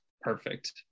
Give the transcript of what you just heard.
perfect